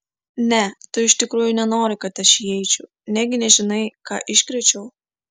ne tu iš tikrųjų nenori kad aš įeičiau negi nežinai ką iškrėčiau